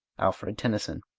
alfred tennyson.